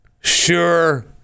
Sure